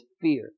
fear